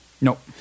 Nope